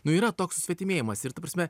nu yra toks susvetimėjimas ir ta prasme